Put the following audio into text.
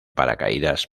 paracaídas